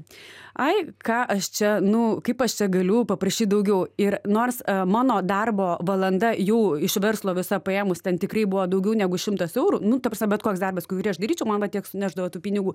ai ką aš čia nu kaip aš čia galiu paprašyt daugiau ir nors mano darbo valanda jų iš verslo visa paėmus ten tikrai buvo daugiau negu šimtas eurų nu taprasme bet koks darbas kurį aš daryčiau man va tiek sunešdavo tų pinigų